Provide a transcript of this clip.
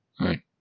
right